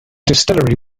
distillery